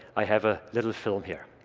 i have a little film here